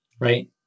Right